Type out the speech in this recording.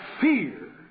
fear